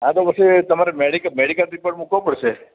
હા તો પછી તમારે મેડિકલ મેડિકલ રિપોર્ટ મૂકવો પડશે